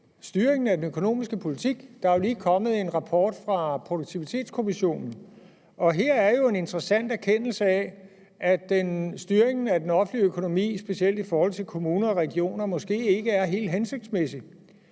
styringen af den økonomiske politik. Der er jo lige kommet en rapport fra Produktivitetskommissionen, og her er jo en interessant erkendelse af, at styringen af den offentlige økonomi, specielt i forhold til kommuner og regioner, måske ikke er helt hensigtsmæssig.